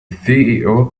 ceo